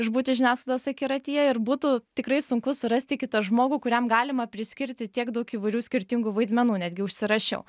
išbūti žiniasklaidos akiratyje ir būtų tikrai sunku surasti kitą žmogų kuriam galima priskirti tiek daug įvairių skirtingų vaidmenų netgi užsirašiau